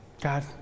God